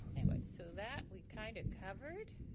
anyway, so that we kind of covered.